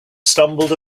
stumbled